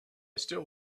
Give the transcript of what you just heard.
still